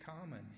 common